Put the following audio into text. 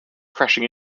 crashing